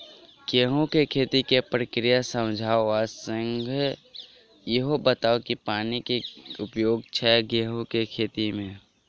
गेंहूँ केँ खेती केँ प्रक्रिया समझाउ आ संगे ईहो बताउ की पानि केँ की उपयोग छै गेंहूँ केँ खेती में?